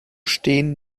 stehen